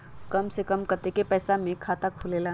कम से कम कतेइक पैसा में खाता खुलेला?